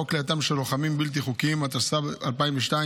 חוק כליאתם של לוחמים בלתי חוקיים, התשס"ב 2002,